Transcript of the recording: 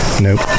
Nope